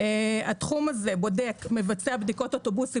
התחום הזה בודק ומבצע בדיקות אוטובוסים